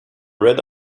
red